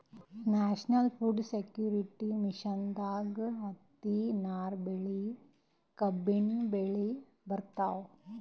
national food security ಮಿಷನ್ದಾಗ್ ಹತ್ತಿ, ನಾರ್ ಬೆಳಿ, ಕಬ್ಬಿನ್ ಬೆಳಿ ಬರ್ತವ್